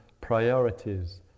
priorities